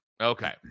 Okay